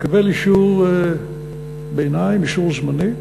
תקבל אישור ביניים, אישור זמני,